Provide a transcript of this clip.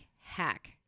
hack